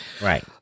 right